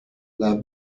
their